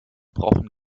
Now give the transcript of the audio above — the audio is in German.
brauchen